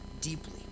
deeply